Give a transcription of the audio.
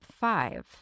five